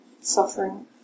suffering